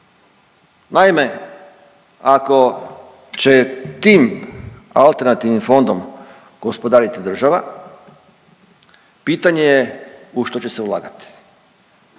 Naime, ako će tim alternativnim fondom gospodariti država pitanje je u što će se ulagati.